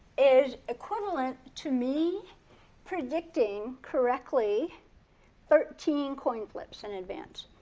is equivalent to me predicting correctly thirteen coin flips in advance.